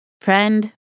friend